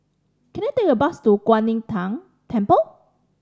can I take a bus to Kwan Im Tng Temple